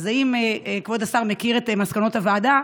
האם כבוד השר מכיר את מסקנות הוועדה,